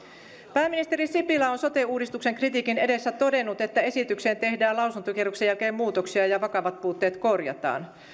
pääministeri sipilä on sote uudistuksen kritiikin edessä todennut että esitykseen tehdään lausuntokierroksen jälkeen muutoksia ja ja vakavat puutteet korjataan